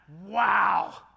Wow